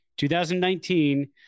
2019